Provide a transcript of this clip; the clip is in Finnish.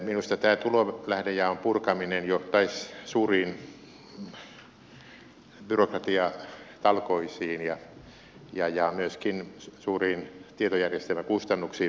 minusta tämä tulolähdejaon purkaminen johtaisi suuriin byrokratiatalkoisiin ja myöskin suuriin tietojärjestelmäkustannuksiin verohallinnossa